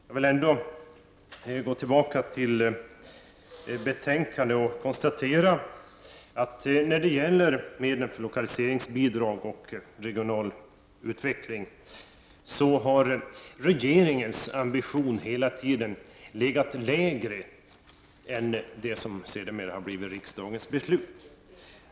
Jag vill gå tillbaka till betänkandet och konstatera, att när det gäller medel för lokaliseringsbidrag och regional utveckling har regeringens ambition hela tiden legat lägre än det som sedermera har blivit riksdagens beslut.